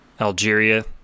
Algeria